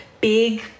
big